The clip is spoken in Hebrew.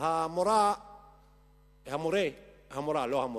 המורה נתנה